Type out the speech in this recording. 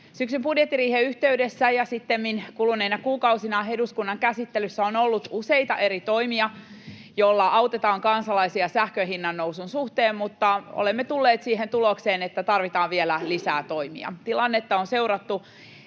Syksyn budjettiriihen yhteydessä ja sittemmin kuluneina kuukausina eduskunnan käsittelyssä on ollut useita eri toimia, joilla autetaan kansalaisia sähkön hinnannousun suhteen, mutta olemme tulleet siihen tulokseen, että tarvitaan vielä lisää toimia. Tilannetta on seurattu